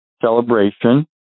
celebration